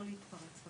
לא להתפרץ בבקשה.